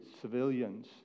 civilians